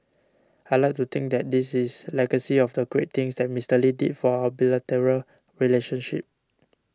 I'd like to think that this is legacy of the great things that Mister Lee did for our bilateral relationship